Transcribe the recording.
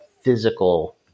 physical